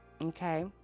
okay